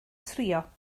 trio